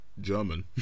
German